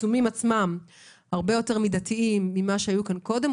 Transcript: העיצומים עצמם הרבה יותר מידתיים ממה שהיו כאן קודם,